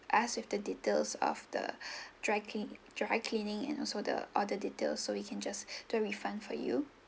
us with the details of the dry clean dry cleaning and also the order details so we can just do refund for you